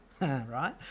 right